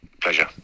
Pleasure